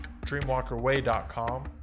Dreamwalkerway.com